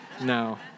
No